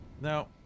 Now